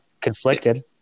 conflicted